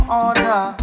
order